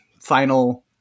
final